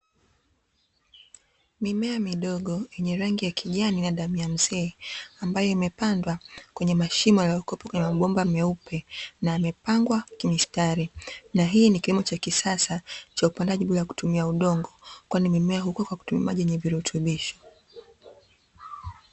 mimea midogo nyenye rangi ya kijani na damu ya mzee ambayo imepadwa kweye mashimo yaliyokwenye mabomba meupe na yamepagwa kimstari .na hii ni kilimo cha kisasa cha upandaji bila kutumia udongo kwani mimea hukua kwa kutumia maji yenye vurutubisho .